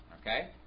Okay